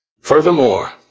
Furthermore